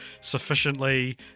sufficiently